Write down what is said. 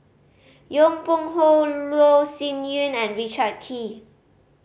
Yong Pung How Loh Sin Yun and Richard Kee